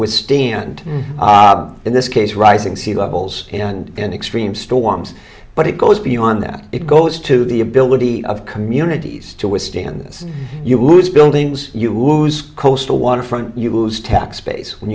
withstand in this case rising sea levels and extreme storms but it goes beyond that it goes to the ability of communities to withstand this you lose buildings you lose coastal waterfront you lose tax base when